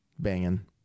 banging